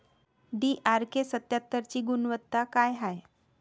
DRK सत्यात्तरची गुनवत्ता काय हाय?